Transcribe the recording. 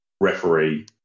referee